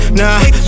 nah